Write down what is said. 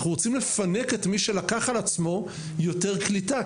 אנחנו רוצים לפנק את מי שלקח על עצמו יותר קליטה,